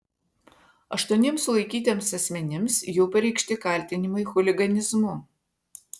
aštuoniems sulaikytiems asmenims jau pareikšti kaltinimai chuliganizmu